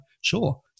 sure